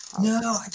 no